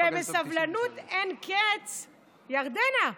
ובסבלנות אין קץ, ירדנה,